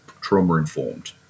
trauma-informed